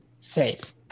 faith